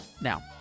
Now